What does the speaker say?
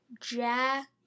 Jack